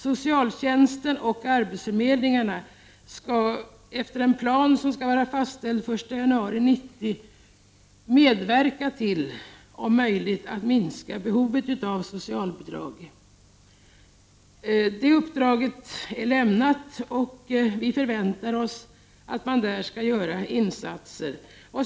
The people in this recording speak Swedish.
Socialtjänsten och arbetsförmedlingarna skall efter en plan, som skall vara fastställd den 1 januari 1990, om möjligt medverka till att minska behovet av socialbidrag. Uppdraget är lämnat. Vi förväntar oss att man skall göra insatser.